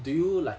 do you like